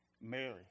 Mary